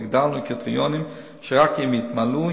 והגדרנו קריטריונים שרק אם הם יתמלאו,